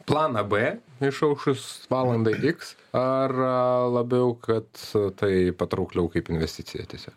planą b išaušus valandai iks ar labiau kad tai patraukliau kaip investicija tiesi